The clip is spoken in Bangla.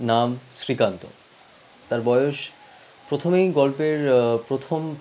নাম শ্রীকান্ত তার বয়স প্রথমেই গল্পের প্রথম